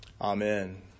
Amen